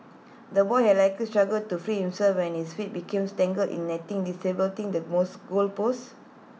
the boy had likely struggled to free himself when his feet became tangled in netting destabilising the most goal post